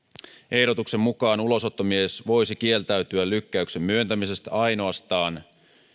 ehdotuksen mukaan ulosottomies voisi kieltäytyä lykkäyksen myöntämisestä ainoastaan